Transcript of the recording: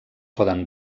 poden